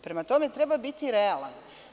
Prema tome, treba biti realan.